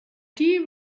dear